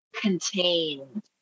contained